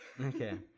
okay